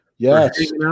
Yes